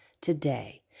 today